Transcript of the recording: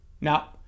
Now